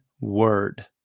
Word